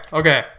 okay